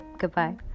Goodbye